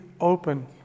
open